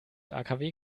akw